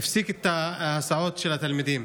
הפסיק את ההסעות של התלמידים.